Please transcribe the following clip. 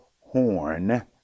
Horn